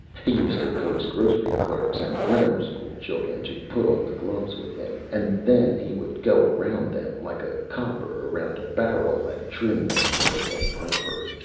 he used to coax grocery clerks and grammar-school children to put on the gloves with him, and then he would go around them, like a cooper around a barrel, and trim them right and proper.